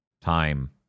time